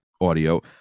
audio